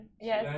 Yes